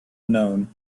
known